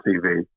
TV